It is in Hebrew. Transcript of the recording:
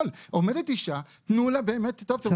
עומדת אישה, תנו לה באמת את האופציות.